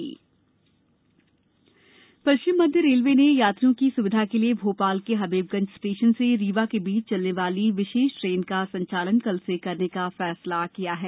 train संचालन पश्चिम मध्य रेलवे ने यात्रियों की सुविधा के लिए भोपाल के हबीबगंज स्टेशन से रीवा के बीच चलने वाली विशेष ट्रेन का संचालन कल से करने का फैसला किया है